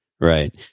Right